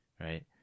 right